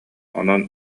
онон